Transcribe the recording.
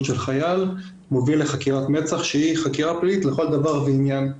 של חייל מוביל לחקירת מצ"ח שהיא חקירה פלילית לכל דבר ועניין.